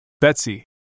Betsy